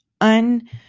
un